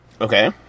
Okay